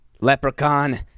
Leprechaun